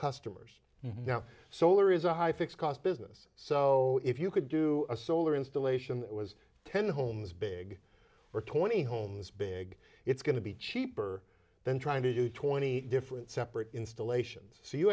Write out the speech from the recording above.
customers now solar is a high fixed cost business so if you could do a solar installation that was ten homes big or twenty homes big it's going to be cheaper than trying to do twenty different separate installations so you